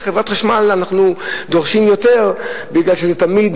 מחברת החשמל אנחנו דורשים יותר כי תמיד